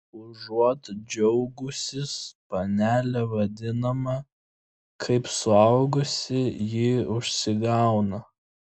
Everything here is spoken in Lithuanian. užuot džiaugusis panele vadinama kaip suaugusi ji užsigauna